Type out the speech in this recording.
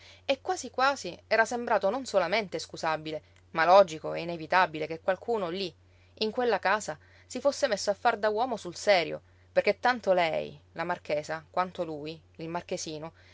e quasi quasi era sembrato non solamente scusabile ma logico e inevitabile che qualcuno lí in quella casa si fosse messo a far da uomo sul serio perché tanto lei la marchesa quanto lui il marchesino